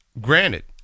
Granted